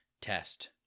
test